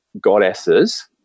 goddesses